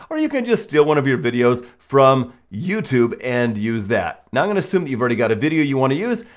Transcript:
or you can just steal one of your videos from youtube, and use that. now i'm gonna assume that you've already got a video you wanna use,